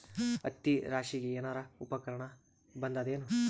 ಹತ್ತಿ ರಾಶಿಗಿ ಏನಾರು ಉಪಕರಣ ಬಂದದ ಏನು?